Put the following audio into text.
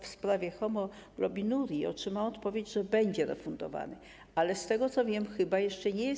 W sprawie hemoglobinurii otrzymałam odpowiedź, że będzie refundowany, ale z tego, co wiem, chyba jeszcze nie jest.